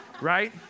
right